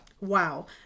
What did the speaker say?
Wow